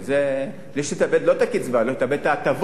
בלי שתאבד לא את הקצבה, אלא תקבל את ההטבות.